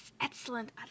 excellent